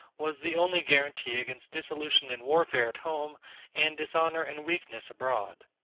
was the only guarantee against dissolution and warfare at home and dishonor and weakness abroad.